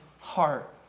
heart